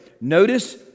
Notice